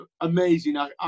amazing